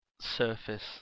surface